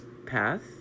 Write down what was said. path